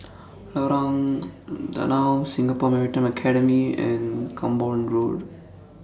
Lorong Danau Singapore Maritime Academy and Camborne Road